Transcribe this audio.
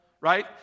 right